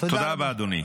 תודה רבה, אדוני.